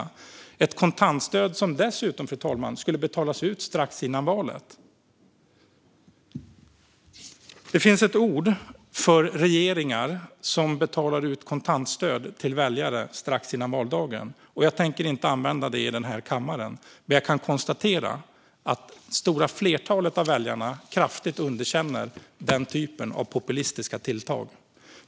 Det var ett kontantstöd som dessutom, fru talman, skulle betalas ut strax före valet. Det finns ett ord för regeringar som betalar ut kontantstöd till väljare strax före valdagen. Jag tänker inte använda det ordet här i kammaren, men jag kan konstatera att flertalet av väljarna kraftigt underkänner den här typen av populistiska tilltag.